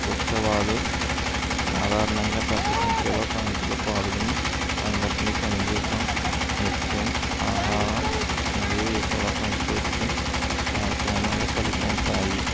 ఉత్సవాలు సాధారణంగా పెద్ద సంఖ్యలో పాల్గొని సంఘటన సంగీతం నిత్యం ఆహారం మరియు ఇతర సంస్కృతికి కార్యక్రమాలు కలిగి ఉంటాయి